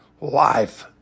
life